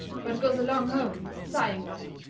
but goes along home sighing-like,